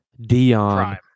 Dion